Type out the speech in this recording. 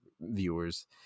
viewers